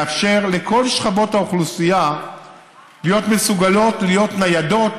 לאפשר לכל שכבות האוכלוסייה להיות מסוגלות להיות ניידות